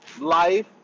Life